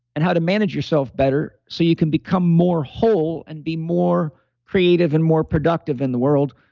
and how to manage yourself better so you can become more whole and be more creative and more productive in the world,